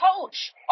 coach